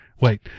wait